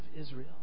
Israel